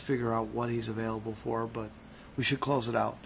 figure out what he's available for but we should close it out